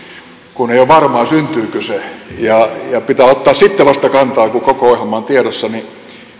kun ei ole varmaa syntyykö se ja pitää ottaa sitten vasta kantaa kun koko ohjelma on tiedossa niin